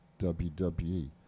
WWE